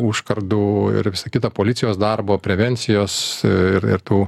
užkardų ir visa kita policijos darbo prevencijos ir ir tų